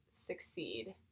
succeed